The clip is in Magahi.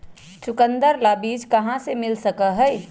चुकंदर ला बीज कहाँ से मिल सका हई?